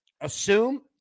assume